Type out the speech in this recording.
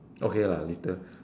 okay lah litter